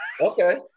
Okay